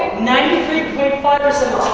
ninety three point five of